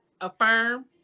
affirm